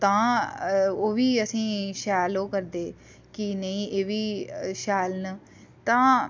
तां ओह् बी असेंई शैल ओह् करदे कि नेईं एह् बी शैल न तां